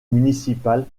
municipal